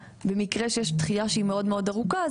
במקרה שיש דחייה שהיא מאוד מאוד ארוכה,